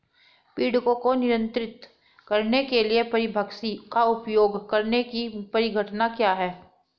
पीड़कों को नियंत्रित करने के लिए परभक्षी का उपयोग करने की परिघटना क्या है?